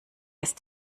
ist